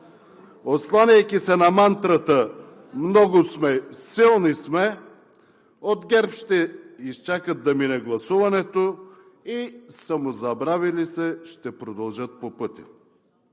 Осланяйки се на мантрата „много сме, силни сме“, от ГЕРБ ще изчакат да мине гласуването и самозабравили се ще продължат по пътя,